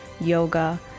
yoga